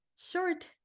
short